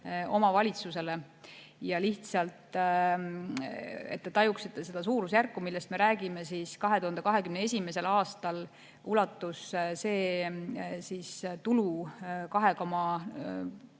omavalitsustele. Ja lihtsalt, et te tajuksite seda suurusjärku, millest me räägime: 2021. aastal ulatus see tulu pisut